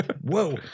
Whoa